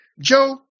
Joe